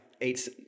eight